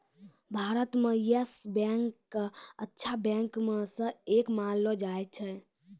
भारत म Yes Bank क अच्छा बैंक म स एक मानलो जाय छै